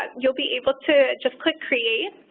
ah you'll be able to just click create,